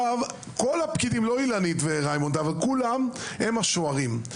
כל הפקידים, לא אילנית וריימונד, כולם הם השוערים.